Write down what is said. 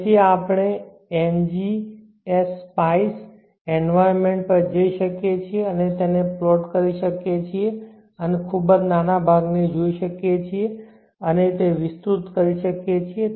તેથી આપણે ngspice environment પર જઈ શકીએ છીએ અને તેને પ્લોટકરી શકીએ છીએ અને ખૂબ જ નાના ભાગને જોઈ શકીએ છીએ અને તે વિસ્તૃત કરી શકીએ છીએ